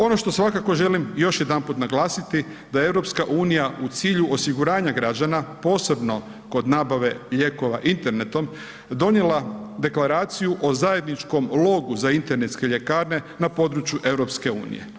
Ono što svakako želim još jedanput naglasiti da je EU u cilju osiguranja građana posebno kod nabave lijekova internetom donijela Deklaraciju o zajedničkom logu za internetske ljekarne na području EU.